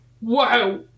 Wow